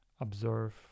observe